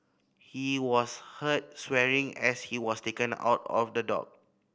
he was heard swearing as he was taken out of the dock